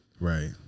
Right